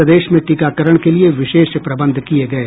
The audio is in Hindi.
प्रदेश में टीकाकरण के लिये विशेष प्रबंध किये गये